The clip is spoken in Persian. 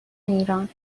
ایران